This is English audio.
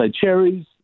cherries